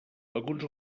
alguns